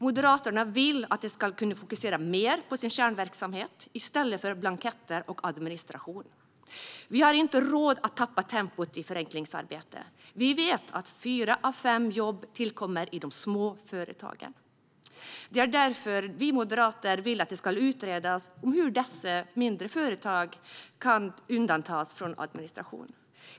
Moderaterna vill att de ska kunna fokusera mer på sin kärnverksamhet i stället för på blanketter och administration. Vi har inte råd att tappa tempo i förenklingsarbetet. Vi vet att fyra av fem jobb tillkommer i de små företagen. Det är därför vi moderater vill att det ska utredas hur dessa mindre företag kan undantas från administration.